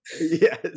yes